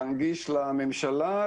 להנגיש לממשלה,